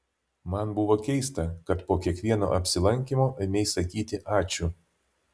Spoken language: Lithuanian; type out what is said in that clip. man buvo keista kad po kiekvieno apsilankymo ėmei sakyti ačiū